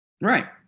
Right